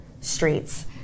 streets